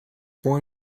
born